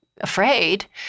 afraid